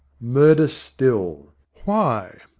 murder still. why?